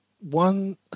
One